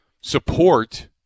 support